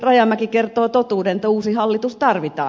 rajamäki kertoo totuuden että uusi hallitus tarvitaan